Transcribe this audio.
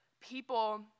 people